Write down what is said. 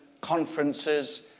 conferences